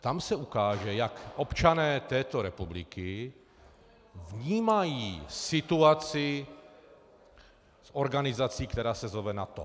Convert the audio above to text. Tam se ukáže, jak občané této republiky vnímají situaci s organizací, která se zove NATO.